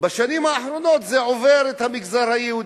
בשנים האחרונות זה עובר את המגזר היהודי.